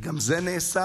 וגם זה נעשה